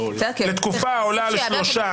לתקופה העולה על שלושה